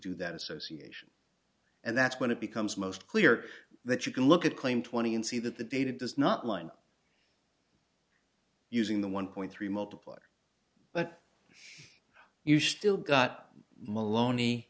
do that association and that's when it becomes most clear that you can look at claim twenty and see that the data does not line up using the one point three multiplier but you still got molone